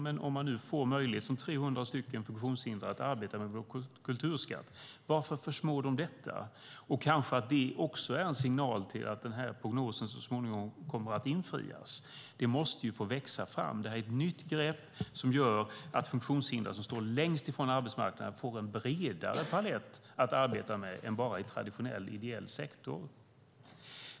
Men om nu 300 funktionshindrade får möjlighet att arbeta med vår kulturskatt, varför missunna dem detta? Kanske det också är en signal om att denna prognos så småningom kommer att infrias. Det måste ju få växa fram. Det här är ett nytt grepp som gör att funktionshindrade, som står längst ifrån arbetsmarknaden, får en bredare palett att arbeta med än bara i traditionell ideell sektor.